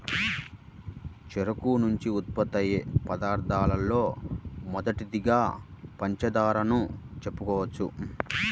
చెరుకు నుంచి ఉత్పత్తయ్యే పదార్థాలలో మొదటిదిగా పంచదారను చెప్పుకోవచ్చు